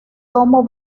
domo